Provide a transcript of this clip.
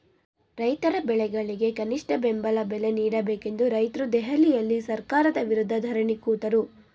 ರೈತರ ಬೆಳೆಗಳಿಗೆ ಕನಿಷ್ಠ ಬೆಂಬಲ ಬೆಲೆ ನೀಡಬೇಕೆಂದು ರೈತ್ರು ದೆಹಲಿಯಲ್ಲಿ ಸರ್ಕಾರದ ವಿರುದ್ಧ ಧರಣಿ ಕೂತರು